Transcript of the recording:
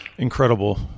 Incredible